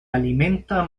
alimenta